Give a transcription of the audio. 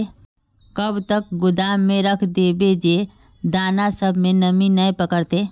कब तक गोदाम में रख देबे जे दाना सब में नमी नय पकड़ते?